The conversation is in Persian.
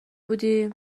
بودی